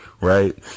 Right